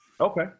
Okay